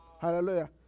Hallelujah